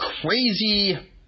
crazy